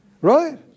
Right